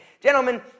Gentlemen